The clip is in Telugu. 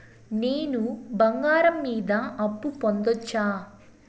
నేను బంగారం మీద అప్పు పొందొచ్చా?